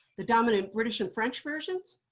the dominant british and french versions?